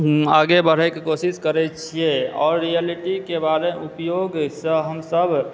आगे बढ़यकऽ कोशिश करैत छियै आओर रियलिटीकऽ बारे उपयोगसँ हमसभ